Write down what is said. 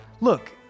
Look